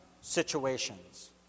situations